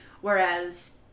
Whereas